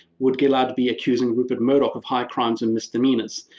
would gillard be accusing rupert murdoch of high crimes and misdemeanours?